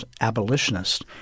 abolitionist